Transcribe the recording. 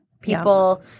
people